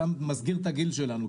אתה מסגיר את הגיל שלנו,